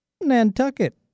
Nantucket